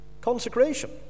Consecration